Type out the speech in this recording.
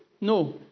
No